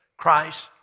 Christ